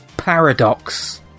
paradox